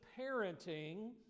parenting